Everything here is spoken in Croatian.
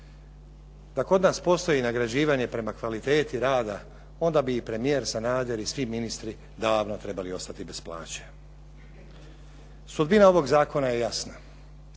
Da kod nas postoji nagrađivanje prema kvaliteti rada, onda bi i premijer Sanader i svi ministri davno trebali ostati bez plaće. Sudbina ovog zakona je jasna.